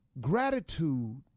Gratitude